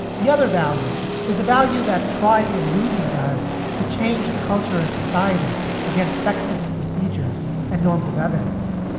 the other value is the value that trying and losing does to change the culture and society against sexist procedures and norms of evidence.